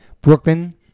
Brooklyn